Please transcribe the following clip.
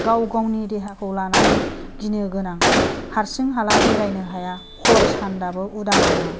गाव गावनि देहाखौ लानानै गिनो गोनां हारसिं हाला बेरायनो हाया हर सान दाबो उदां नङा